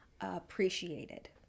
appreciated